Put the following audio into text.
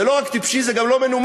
זה לא רק טיפשי, זה גם לא מנומס.